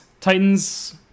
Titans